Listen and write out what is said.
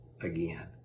again